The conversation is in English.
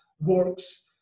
works